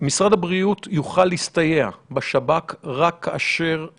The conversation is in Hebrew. משרד הבריאות יוכל להסתייע בשב"כ רק כאשר